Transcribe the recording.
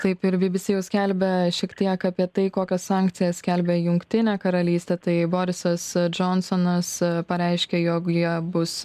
kaip ir bbc jau skelbia šiek tiek apie tai kokias sankcijas skelbia jungtinė karalystė tai borisas džonsonas pareiškė jog joje bus